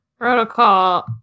protocol